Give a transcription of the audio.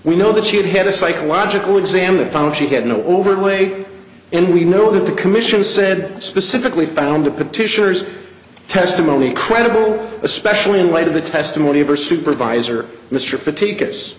we know that she'd had a psychological exam the phone she had no overt way and we know that the commission said specifically found the petitioner's testimony credible especially in light of the testimony of her supervisor mr for tickets